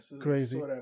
crazy